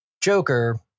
Joker